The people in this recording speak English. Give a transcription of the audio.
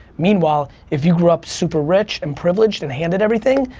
meanwhile if you grew up super rich and privileged and handed everything,